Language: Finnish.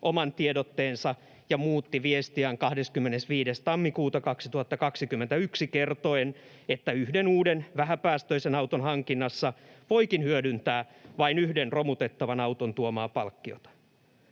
oman tiedotteensa ja muutti viestiään 25.1.2021 kertoen, että yhden uuden vähäpäästöisen auton hankinnassa voikin hyödyntää vain yhden romutettavan auton tuomaa palkkiota.